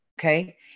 Okay